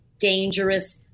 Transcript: dangerous